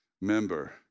member